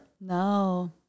No